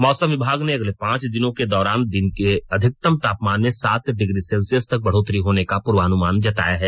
मौसम विभाग ने अगले पांच दिनों के दौरान दिन के अधिकतम तापमान में सात डिग्री सेल्सियस तक बढ़ोतरी होने का पूर्वानुमान जताया है